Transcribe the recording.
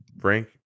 Frank